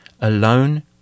alone